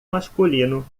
masculino